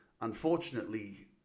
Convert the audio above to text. unfortunately